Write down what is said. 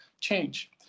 change